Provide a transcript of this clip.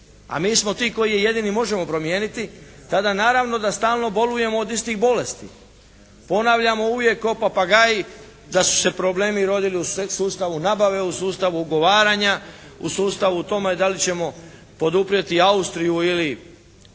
A mi smo ti koji je jedini možemo promijeniti. Tada naravno da stalno bolujemo od istih bolesti. Ponavljamo uvijek kao papagaji da su se problemi rodili u sustavu nabave, u sustavu ugovaranja, u sustavu u tome da li ćemo poduprijeti Austriju ili